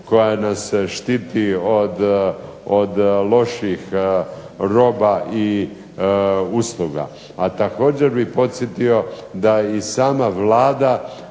koja nas štiti od loših roba i usluga. A također bih podsjetio da i sama Vlada